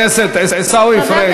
במקרה, חבר הכנסת עיסאווי פריג'.